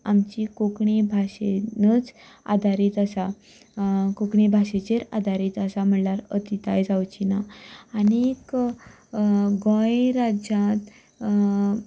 आमची कोंकणी भाशेरूच आदारीत आसा कोंकणी भाशेचेर आदारीत आसा म्हणल्यार अतिताय जावची ना आनी गोंय राज्यांत